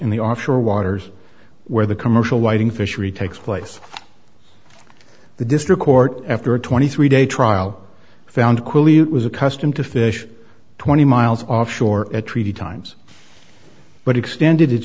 in the offshore waters where the commercial whiting fishery takes place the district court after a twenty three day trial found it was a custom to fish twenty miles offshore treaty times but extended